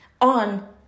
on